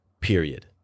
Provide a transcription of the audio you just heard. Period